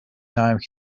time